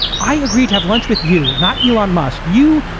i agree to have lunch with you, not elon musk, you,